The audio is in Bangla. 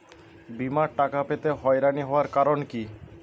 বিমার টাকা পেতে হয়রানি হওয়ার কারণ কি?